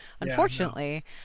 unfortunately